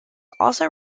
also